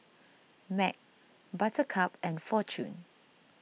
Mac Buttercup and fortune